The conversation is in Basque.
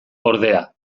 ordea